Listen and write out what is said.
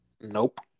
Nope